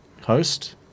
host